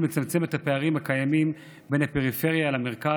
לצמצם את הפערים הקיימים בין הפריפריה למרכז,